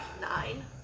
Nine